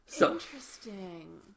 Interesting